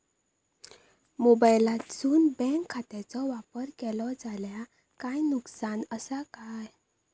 मोबाईलातसून बँक खात्याचो वापर केलो जाल्या काय नुकसान असा काय?